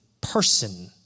person